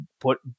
put